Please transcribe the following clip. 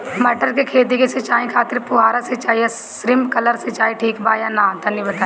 मटर के खेती के सिचाई खातिर फुहारा सिंचाई या स्प्रिंकलर सिंचाई ठीक बा या ना तनि बताई?